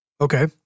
Okay